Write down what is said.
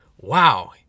Wow